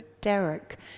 Derek